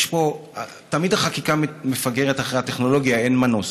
תמיד החקיקה מפגרת אחרי הטכנולוגיה, אין מנוס.